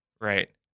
right